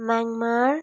Myanmar